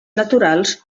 naturals